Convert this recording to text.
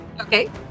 Okay